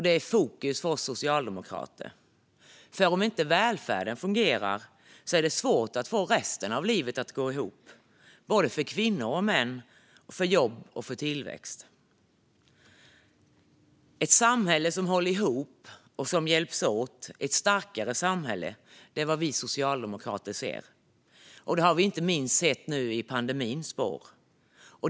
Det är fokus för oss socialdemokrater. Om inte välfärden fungerar är det svårt att få resten av livet att gå ihop, både för kvinnor och män och för jobb och tillväxt. Ett samhälle som håller ihop, där man hjälps åt, är ett starkare samhälle. Det är vad vi socialdemokrater ser. Det har vi inte minst sett nu i pandemins spår.